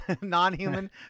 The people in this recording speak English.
non-human